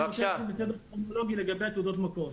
אני עושה לכם סדר כרונולוגי לגבי תעודות המקור.